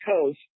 Coast